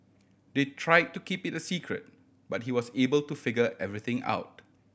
they try to keep it a secret but he was able to figure everything out